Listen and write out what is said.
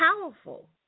powerful